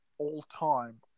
all-time